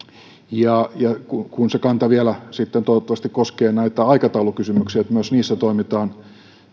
ja ja kun kun se kanta vielä toivottavasti koskee näitä aikataulukysymyksiä ja myös niissä toimitaan